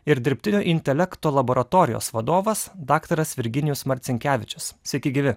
ir dirbtinio intelekto laboratorijos vadovas daktaras virginijus marcinkevičius sveiki gyvi